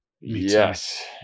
Yes